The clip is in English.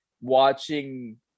watching